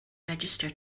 register